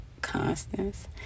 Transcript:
Constance